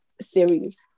series